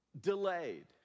delayed